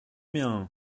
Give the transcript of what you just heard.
bien